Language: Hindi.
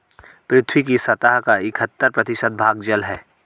पृथ्वी की सतह का इकहत्तर प्रतिशत भाग जल है